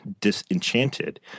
disenchanted